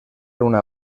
una